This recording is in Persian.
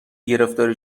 گرفتاری